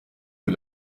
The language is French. que